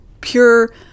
pure